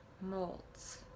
molds